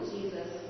Jesus